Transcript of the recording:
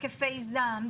התקפי זעם,